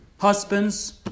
Husbands